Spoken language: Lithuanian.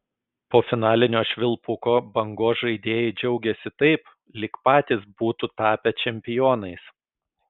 po finalinio švilpuko bangos žaidėjai džiaugėsi taip lyg patys būtų tapę čempionais